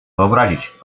wyobrazić